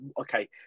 okay